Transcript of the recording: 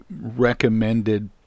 recommended